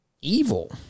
evil